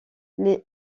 les